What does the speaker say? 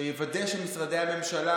שיוודא שמשרדי הממשלה,